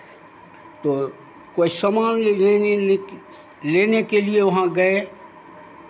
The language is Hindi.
तो कोई सामान लेने लेने के लिये वहाँ गये